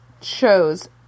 chose